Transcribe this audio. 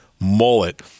mullet